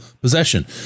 possession